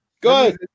Good